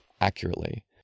accurately